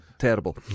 Terrible